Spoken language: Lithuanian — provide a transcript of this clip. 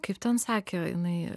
kaip ten sakė jinai